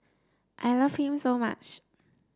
I love him so much